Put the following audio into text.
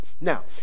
Now